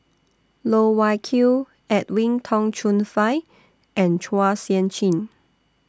Loh Wai Kiew Edwin Tong Chun Fai and Chua Sian Chin